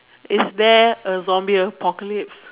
is there a zombie apocalypse